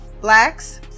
blacks